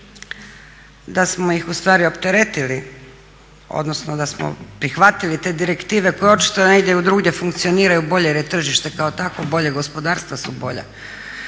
da smo ih opteretili odnosno da smo prihvatili te direktive koje očito negdje drugdje funkcioniraju bolje jer je tržište kao takvo bolje gospodarstva su bolja.